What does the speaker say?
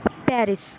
ಪ್ ಪ್ಯಾರಿಸ್